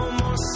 more